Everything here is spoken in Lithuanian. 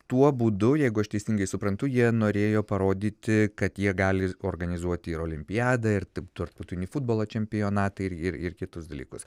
tuo būdu jeigu aš teisingai suprantu jie norėjo parodyti kad jie gali organizuoti ir olimpiadą ir tarptautinį futbolo čempionatą ir ir kitus dalykus